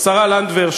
השרה לנדבר,